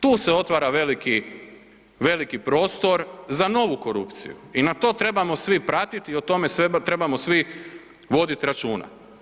Tu se otvara veliki prostor za novu korupciju i na to trebamo svi pratiti i o tome trebamo svi voditi računa.